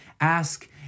Ask